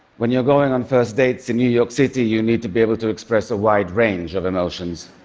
when you're going on first dates in new york city, you need to be able to express a wide range of emotions.